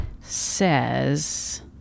says